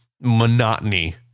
monotony